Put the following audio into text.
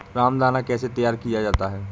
रामदाना कैसे तैयार किया जाता है?